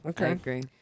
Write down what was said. Okay